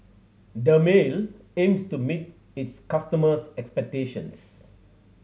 dermale aims to meet its customers' expectations